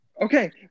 Okay